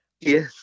Yes